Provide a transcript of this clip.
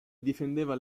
difendeva